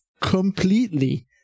completely